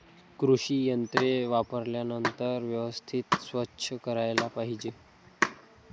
कृषी यंत्रे वापरल्यानंतर व्यवस्थित स्वच्छ करायला पाहिजे